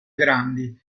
grandi